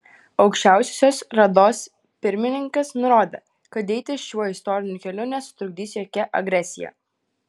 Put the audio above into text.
aukščiausiosios rados pirmininkas nurodė kad eiti šiuo istoriniu keliu nesutrukdys jokia agresija